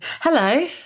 Hello